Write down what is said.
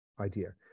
idea